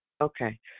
Okay